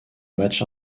matchs